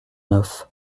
neuf